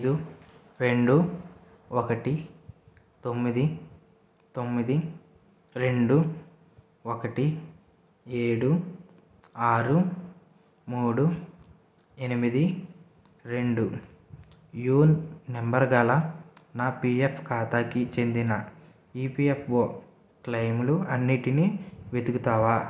ఐదు రెండు ఒకటి తొమ్మిది తొమ్మిది రెండు ఒకటి ఏడు ఆరు మూడు ఎనిమిది రెండు యూన్ నెంబర్ గల నా పిఎఫ్ ఖాతాకి చెందిన ఈపీఎఫ్ఓ క్లైములు అన్నిటిని వెతుకుతావా